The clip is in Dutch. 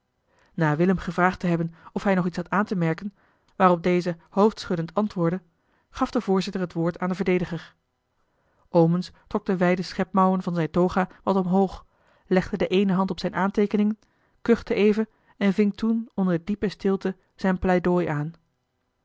willem gevraagd te hebben of hij nog iets had aan te mereli heimans willem roda ken waarop deze hoofdschuddend antwoordde gaf de voorzitter het woord aan den verdediger omens trok de wijde schepmouwen van zijne toga wat omhoog legde de eene hand op zijne aanteekeningen kuchte even en ving toen onder diepe stilte zijn pleidooi aan